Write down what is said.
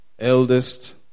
eldest